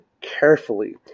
carefully